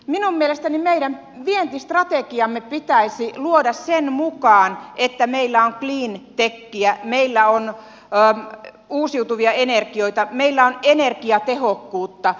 minun mielestäni meidän vientistrategiamme pitäisi luoda sen mukaan että meillä on cleantechiä meillä on uusiutuvia energioita meillä on energiatehokkuutta